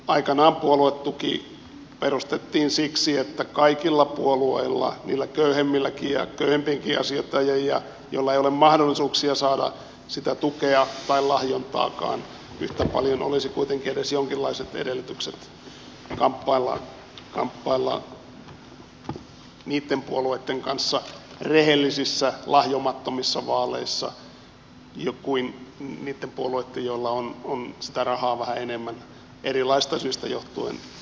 aikanaan puoluetuki perustettiin siksi että kaikilla puolueilla niillä köyhemmilläkin ja köyhempienkin asioitten ajajilla joilla ei ole mahdollisuuksia saada sitä tukea tai lahjontaakaan yhtä paljon olisi kuitenkin edes jonkinlaiset edellytykset kamppailla rehellisissä lahjomattomissa vaaleissa niitten puolueitten kanssa joilla on sitä rahaa vähän enemmän erilaisista syistä johtuen käytettävissään